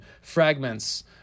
fragments